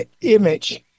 image